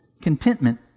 contentment